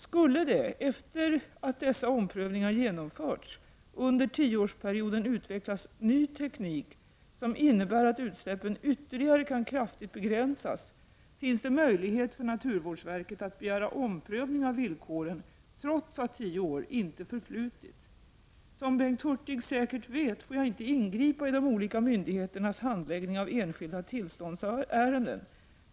Skulle det efter det att dessa omprövningar genomförts, under tioårsperioden, utvecklas ny teknik som innebär att utsläppen ytterligare kan kraftigt begränsas finns möjlighet för naturvårdsverket att begära omprövning av villkoren trots att tio år inte förflutit. Som Bengt Hurtig säkert vet får jag inte ingripa i de olika myndigheternas handläggning av enskilda tillståndsärenden.